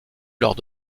lors